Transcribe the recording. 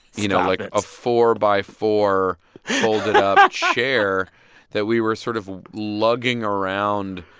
you know, like, a four-by-four folded up chair that we were sort of lugging around,